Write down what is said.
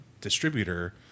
distributor